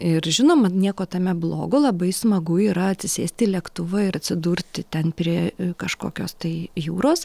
ir žinoma nieko tame blogo labai smagu yra atsisėsti į lėktuvą ir atsidurti ten prie kažkokios tai jūros